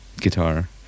guitar